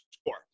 score